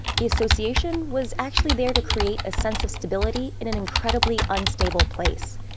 the association was actually there to create a sense of stability in an incredibly unstable place.